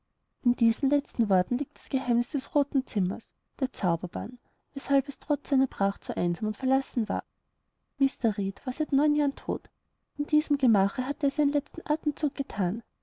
in diesen letzten worten liegt das geheimnis des roten zimmers der zauberbann weshalb es trotz seiner pracht so einsam und verlassen war mr reed war seit neun jahren tot in diesem gemache hatte er seinen letzten atemzug gethan